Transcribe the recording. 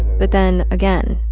but then again,